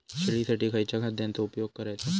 शेळीसाठी खयच्या खाद्यांचो उपयोग करायचो?